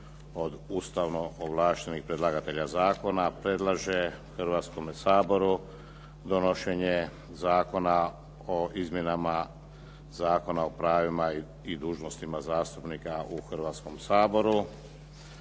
od ustavno ovlaštenih predlagatelja zakona predlaže Hrvatskome saboru donošenje Zakona o izmjenama Zakona o pravima i dužnostima zastupnika u Hrvatskom saboru